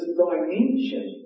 dimension